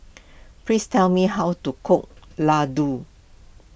please tell me how to cook Laddu